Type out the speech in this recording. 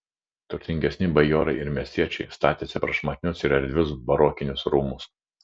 turtingesni bajorai ir miestiečiai statėsi prašmatnius ir erdvius barokinius rūmus